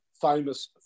famous